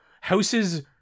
House's